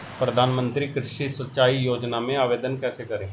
प्रधानमंत्री कृषि सिंचाई योजना में आवेदन कैसे करें?